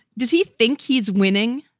does he think he's winning?